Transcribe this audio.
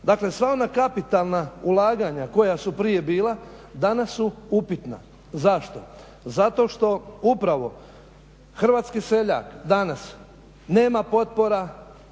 Dakle, sva ona kapitalna ulaganja koja su prije bila, danas su upitna. Zašto? Zato što upravo hrvatski seljak danas nema potpora